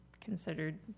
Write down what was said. considered